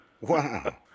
Wow